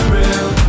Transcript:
real